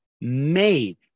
made